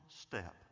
step